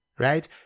right